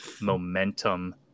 momentum